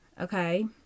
Okay